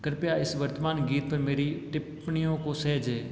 कृपया इस वर्तमान गीत पर मेरी टिप्पणियों को सहेजें